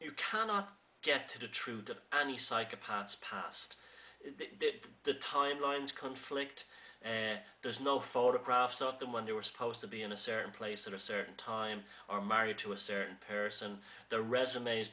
you cannot get to the truth of annie psychopath's past the timelines conflict and there's no photographs of them when they were supposed to be in a certain place at a certain time are married to a certain person their resumes